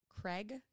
Craig